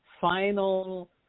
final